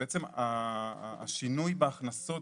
בעצם השינוי בהכנסות